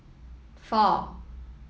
four